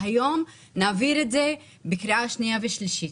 היום נעביר את זה בקריאה שנייה ושלישית.